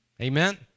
Amen